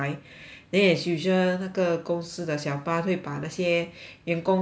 then as usual 那个公司的小巴把那些员工载到